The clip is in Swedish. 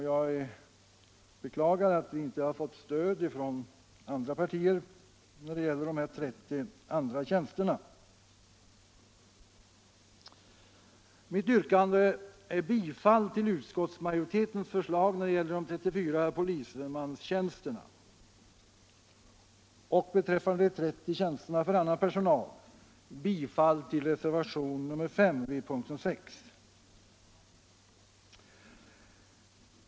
Jag beklagar att vi inte har fått stöd från andra partier när det gäller de 30 tjänsterna för annan personal. Beträffande de 34 polismanstjänsterna yrkar jag bifall till utskottsmajoritetens förslag och beträffande de 30 tjänsterna för annan personal bifall till reservationen 5 vid punkten 6.